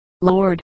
Lord